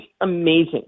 amazing